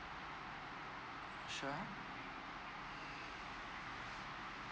sure